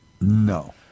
No